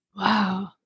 Wow